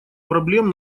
проблем